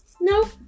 Nope